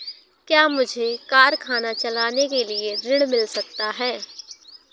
क्या मुझे कारखाना चलाने के लिए ऋण मिल सकता है?